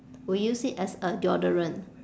we use it as a deodorant